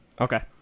Okay